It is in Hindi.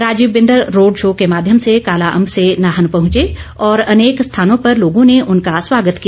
राजीव बिंदल रोड शो के माध्यम से कालाअम्ब से नाहन पहुंचे और अनेक स्थानों पर लोगों ने उनका स्वागत किया